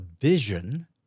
vision